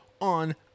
on